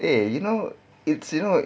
eh you know it's you know